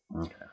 Okay